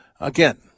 Again